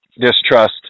distrust